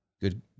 good